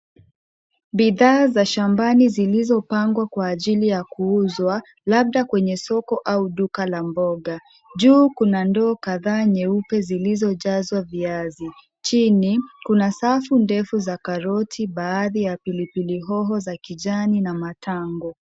Bidhaa za shambani zilizopangwa kwa ajili ya kuuzwa labda kwenye soko au duka la mboga, juu kuna ndoo kadhaa nyeupe zilizojazwa viazi, chini kuna safu ndefu za karoti baadhi ya pilipili hoho za kijani na matango.